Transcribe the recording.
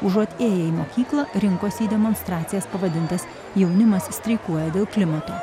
užuot ėję į mokyklą rinkosi į demonstracijas pavadintas jaunimas streikuoja dėl klimato